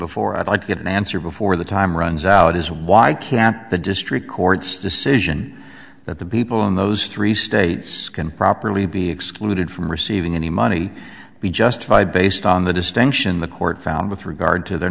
i get an answer before the time runs out is why i kept the district court's decision that the people in those three states can properly be excluded from receiving any money be justified based on the distinction the court found with regard to they're